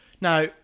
Now